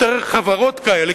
יותר חברות כאלה,